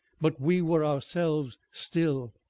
but we were ourselves still,